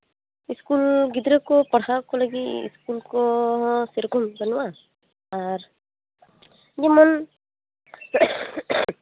school ᱜᱤᱫᱽᱨᱟᱹ ᱠᱚ ᱯᱟᱦᱟᱣ ᱠᱚ ᱞᱟᱹᱜᱤᱫ ᱤᱥᱠᱩᱞ ᱠᱚ ᱥᱮᱨᱚᱠᱚᱢ ᱵᱟᱱᱩᱜᱼᱟ ᱟᱨ ᱡᱮᱢᱚᱱ